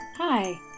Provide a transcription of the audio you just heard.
Hi